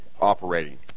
operating